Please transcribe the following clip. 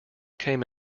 came